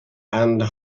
and